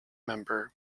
member